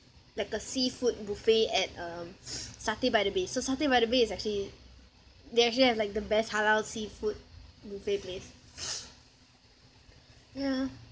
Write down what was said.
like a seafood buffet at um satay by the bay so satay by the bay is actually they actually have like the best halal seafood buffet place ya